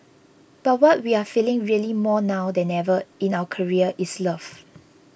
but what we are feeling really more now than ever in our career is love